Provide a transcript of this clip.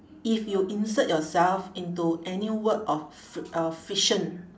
if you insert yourself into any work of fric~ uh fiction